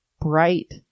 bright